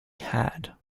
had